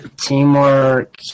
Teamwork